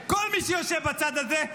כל מי שיושב בצד הזה,